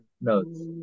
notes